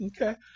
Okay